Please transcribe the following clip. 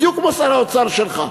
בדיוק כמו שר האוצר שלך.